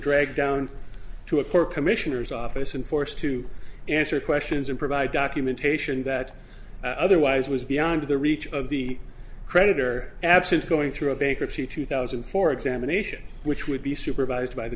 dragged down to a court commissioner's office and forced to answer questions and provide documentation that otherwise was beyond the reach of the creditor absent going through a bankruptcy two thousand and four examination which would be supervised by the